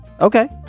Okay